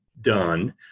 done